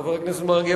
חבר הכנסת מרגי,